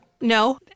No